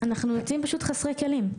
אנחנו יוצאים פשוט חסרי כלים.